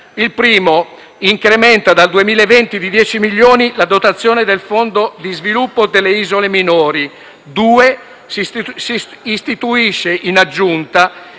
Il primo incrementa dal 2020 di 10 milioni la dotazione del Fondo di sviluppo delle isole minori; il secondo istituisce, in aggiunta,